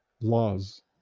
laws